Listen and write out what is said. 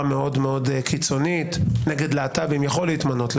מאוד-מאוד קיצונית נגד להט"בים יכול להתמנות,